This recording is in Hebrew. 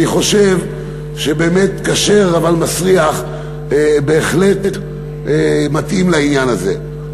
אני חושב שבאמת כשר אבל מסריח בהחלט מתאים לעניין הזה.